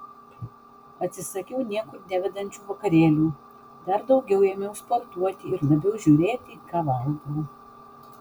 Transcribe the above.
atsisakiau niekur nevedančių vakarėlių dar daugiau ėmiau sportuoti ir labiau žiūrėti ką valgau